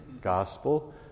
gospel